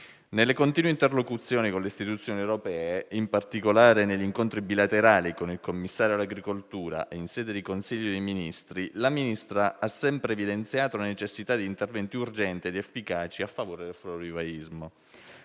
Nelle continue interlocuzioni con le istituzioni europee, in particolare negli incontri bilaterali con il commissario all'agricoltura e in sede di Consiglio dei ministri, il Ministro ha sempre evidenziato la necessità di interventi urgenti ed efficaci a favore del florovivaismo.